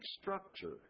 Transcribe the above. structure